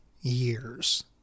years